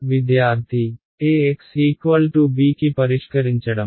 a x b కి పరిష్కరించడం